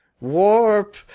warp